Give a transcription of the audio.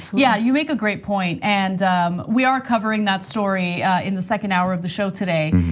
yeah, you make a great point, and we are covering that story in the second hour of the show today.